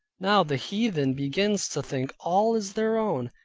now the heathen begins to think all is their own,